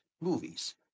Movies